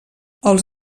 els